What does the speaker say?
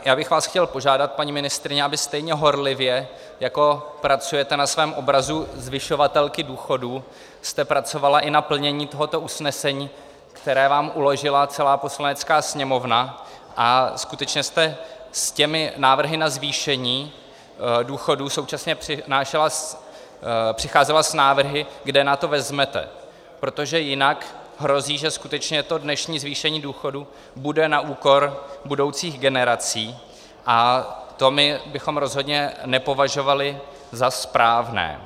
Já bych vás chtěl požádat, paní ministryně, abyste stejně horlivě, jako pracujete na svém obrazu zvyšovatelky důchodů, pracovala i na plnění tohoto usnesení, které vám uložila celá Poslanecká sněmovna, a skutečně jste s těmi návrhy na zvýšení důchodů současně přinášela, přicházela s návrhy, kde na to vezmete, protože jinak hrozí, že skutečně to dnešní zvýšení důchodů bude na úkor budoucích generací a to bychom my rozhodně nepovažovali za správné.